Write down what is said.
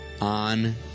on